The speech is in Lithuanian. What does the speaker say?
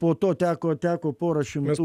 po to teko teko pora šimtų